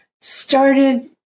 started